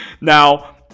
Now